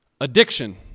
addiction